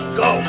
go